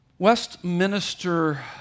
Westminster